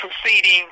proceeding